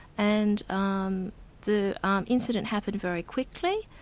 and um the um incident happened very quickly,